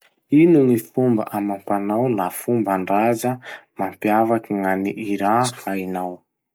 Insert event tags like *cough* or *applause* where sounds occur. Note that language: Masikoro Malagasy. Ino gny fomba amam-panao na fomban-draza mampiavaky gn'any Iran *noise* hainao?